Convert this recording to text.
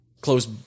close